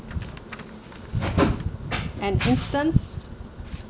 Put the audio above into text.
and instance